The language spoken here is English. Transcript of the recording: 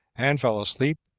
and fell asleep,